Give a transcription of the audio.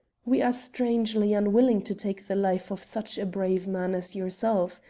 we are strangely unwilling to take the life of such a brave man as yourself.